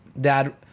dad